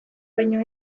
baino